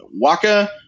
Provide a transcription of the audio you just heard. Waka